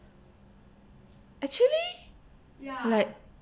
actually like